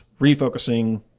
refocusing